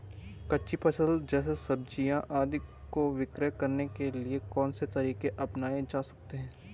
कच्ची फसल जैसे सब्जियाँ आदि को विक्रय करने के लिये कौन से तरीके अपनायें जा सकते हैं?